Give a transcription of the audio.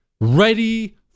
ready